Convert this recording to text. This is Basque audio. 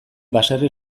baserri